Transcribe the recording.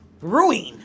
ruin